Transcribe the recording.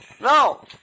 No